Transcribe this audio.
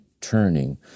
turning